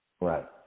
right